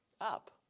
up